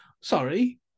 sorry